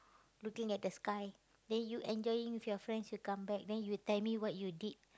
looking at the sky then you enjoying with your friends you come back then you tell me what you did